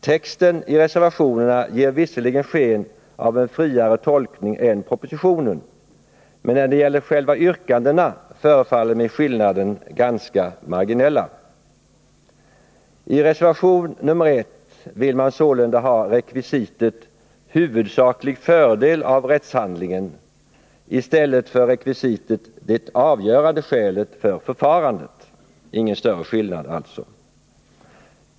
Texten i reservationerna ger visserligen sken av en friare tolkning än propositionen, men när det gäller själva yrkandena förefaller mig skillnaderna ganska marginella. I reservation nr 1 vill man sålunda ha rekvisitet ”huvudsaklig fördel av rättshandlingen” i stället för rekvisitet ”det avgörande skälet för förfarandet”. Det är alltså ingen större skillnad.